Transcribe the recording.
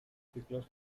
ciclos